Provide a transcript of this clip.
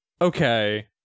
okay